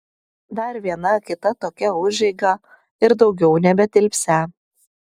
dar viena kita tokia užeiga ir daugiau nebetilpsią